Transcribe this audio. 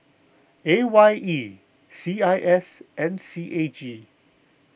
A Y E C I S and C A G